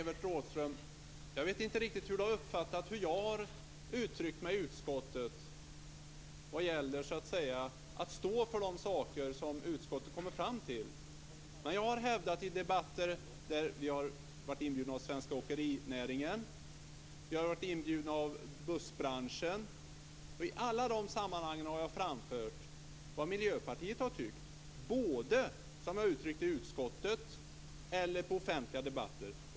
Fru talman! Jag vet inte riktigt hur Jan-Evert Rådhström har uppfattat att jag har uttryckt mig i utskottet vad gäller att stå för de saker som utskottet kommer fram till. Vi har varit inbjudna till debatter av svenska åkerinäringen och av bussbranschen. I alla de sammanhangen har jag framfört vad Miljöpartiet har tyckt. Det gäller både vad jag har uttryckt i utskottet och vad jag har sagt i offentliga debatter.